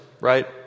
right